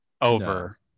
over